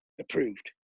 approved